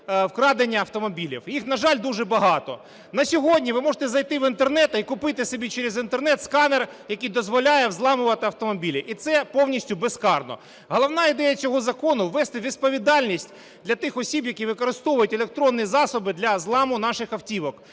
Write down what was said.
викрадення автомобілів, їх, на жаль, дуже багато. На сьогодні ви можете зайти в Інтернет і купити собі через Інтернет сканер, який дозволяє взламывать автомобілі, і це повністю безкарно. Головна ідея цього закону – ввести відповідальність для тих осіб, які використовують електронні засоби для зламу наших автівок,